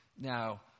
now